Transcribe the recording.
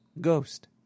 ghost